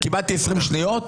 קיבלתי 20 שניות?